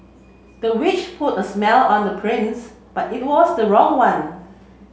the witch put a smell on the prince but it was the wrong one